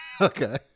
Okay